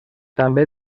també